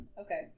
Okay